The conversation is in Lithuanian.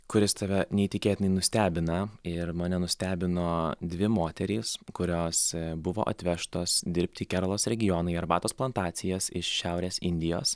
kuris tave neįtikėtinai nustebina ir mane nustebino dvi moterys kurios buvo atvežtos dirbti į keralos regioną į arbatos plantacijas iš šiaurės indijos